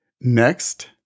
Next